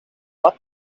what